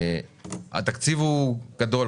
התקציב הוא גדול,